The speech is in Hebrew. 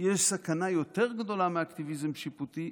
יש סכנה יותר גדולה מאקטיביזם שיפוטי,